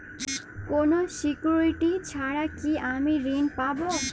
কোনো সিকুরিটি ছাড়া কি আমি ঋণ পাবো?